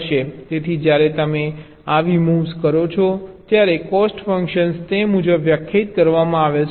તેથી જ્યારે તમે આવી મુવ્સ કરો છો ત્યારે કોસ્ટ ફંક્શન તે મુજબ વ્યાખ્યાયિત કરવામાં આવે છે